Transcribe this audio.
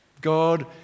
God